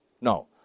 No